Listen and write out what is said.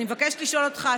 אני מבקשת לשאול אותך,